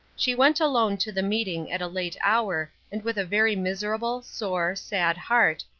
she went alone to the meeting at a late hour, and with a very miserable, sore, sad heart,